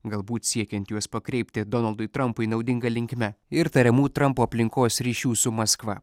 galbūt siekiant juos pakreipti donaldui trampui naudinga linkme ir tariamų trampo aplinkos ryšių su maskva